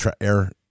air